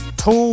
two